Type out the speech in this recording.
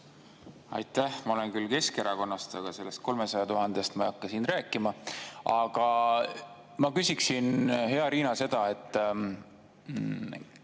Aitäh! Ma olen küll Keskerakonnast, aga sellest 300 000-st ma ei hakka siin rääkima. Aga ma küsiksin, hea Riina, seda, et